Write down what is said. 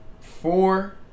four